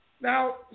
Now